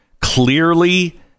clearly